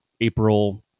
April